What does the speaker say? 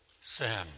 sin